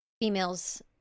females